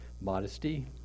modesty